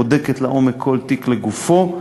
בודקת לעומק כל תיק לגופו,